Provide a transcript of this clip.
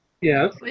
Yes